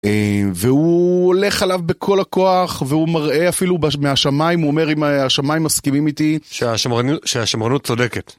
והוא הולך עליו בכל הכוח, והוא מראה אפילו מהשמיים, הוא אומר אם השמיים מסכימים איתי. שהשמרנות צודקת.